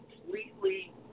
completely